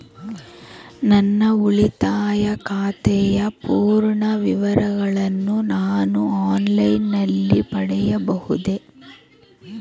ನನ್ನ ಉಳಿತಾಯ ಖಾತೆಯ ಪೂರ್ಣ ವಿವರಗಳನ್ನು ನಾನು ಆನ್ಲೈನ್ ನಲ್ಲಿ ಪಡೆಯಬಹುದೇ?